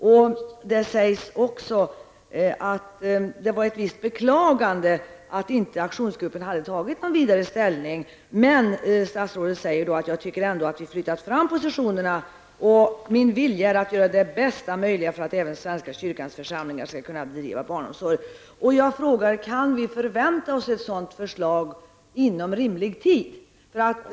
Statsrådet säger också att det var med ett visst beklagande han konstaterade att aktionsgruppen inte hade tagit ställning, men statsrådet tillägger: ''Jag tycker ändå att vi flyttat fram positionerna, och min vilja är att göra det bästa möjliga för att även svenska kyrkans församlingar skall kunna bedriva barnomsorg.'' Jag frågar: Kan vi förvänta oss ett sådant förslag inom rimlig tid?